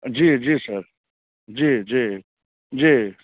जी जी सर जी जी जी